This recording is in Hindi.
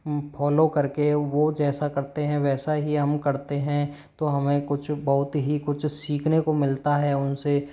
फॉलो करके वो जैसा करते हैं वैसा ही हम करते हैं तो हमें कुछ बहुत ही कुछ सीखने को मिलता है उनसे